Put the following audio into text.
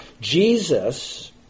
Jesus